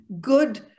good